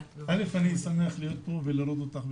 אני שמח להיות פה ולראות אותך,